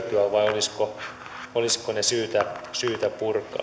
hyötyä vai olisiko ne syytä purkaa tähän liittyen lyhyt kysymys